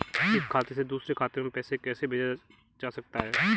एक खाते से दूसरे खाते में पैसा कैसे भेजा जा सकता है?